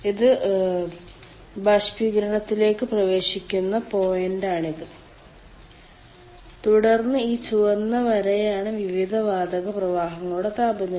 ഇത് ബാഷ്പീകരണത്തിലേക്ക് പ്രവേശിക്കുന്ന പോയിന്റാണിത് തുടർന്ന് ഈ ചുവന്ന വരയാണ് വിവിധ വാതക പ്രവാഹങ്ങളുടെ താപനില